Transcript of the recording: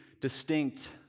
distinct